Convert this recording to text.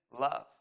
love